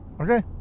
Okay